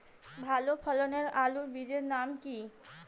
ভালো ফলনের আলুর বীজের নাম কি?